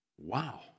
wow